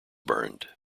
burned